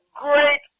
great